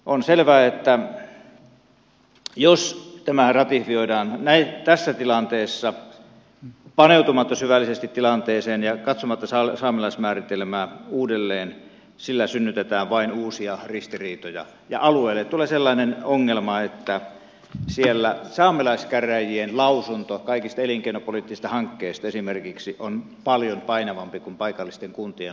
on selvää että jos tämä ratifioidaan tässä tilanteessa paneutumatta syvällisesti tilanteeseen ja katsomatta saamelaismääritelmää uudelleen sillä synnytetään vain uusia ristiriitoja ja alueelle tulee sellainen ongelma että siellä saamelaiskäräjien lausunto esimerkiksi kaikista elinkeinopoliittisista hankkeista on paljon painavampi kuin paikallisten kuntien lausunto